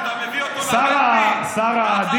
גם הסוס מצביע?